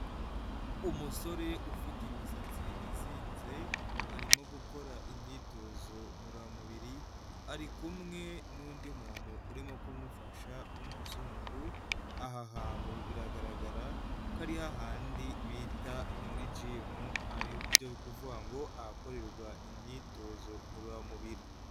Umusore ufite imisatsi izinze arimo gukora imyitozo ngororamubiri, ari kumwe n'undi muntu urimo kumufasha w'umuzungu, aha hantu biragaragara ko ari hahandi bita muri gimu, ari byo kuvuga ngo ahakorerwa imyitozo ngororamubiri.